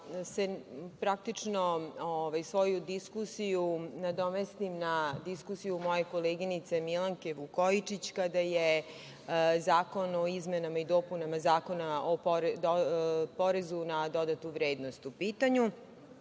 kratko da, praktično, svoju diskusiju nadomestim na diskusiju moje koleginice Milanke Vukojičić kada je zakon o izmenama i dopunama Zakona o porezu na dodatu vrednost u pitanju,